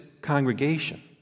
congregation